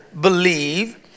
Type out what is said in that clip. believe